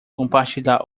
compartilhar